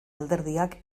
alderdiak